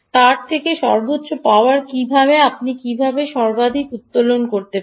তার থেকে সর্বোচ্চ পাওয়ার কীভাবে আপনি এটি সর্বাধিক উত্তোলন করতে পারেন